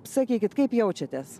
sakykit kaip jaučiatės